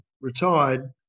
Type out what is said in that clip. retired